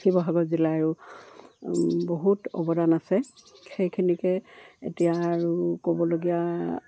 শিৱসাগৰ জিলাৰো বহুত অৱদান আছে সেইখিনিকে এতিয়া আৰু ক'বলগীয়া